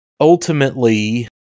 Ultimately